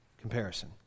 Comparison